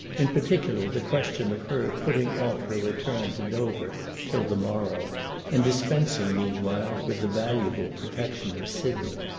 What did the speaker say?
in particular the question of her putting off her return to dover till the morrow and dispensing meanwhile with the valuable protection of sidney.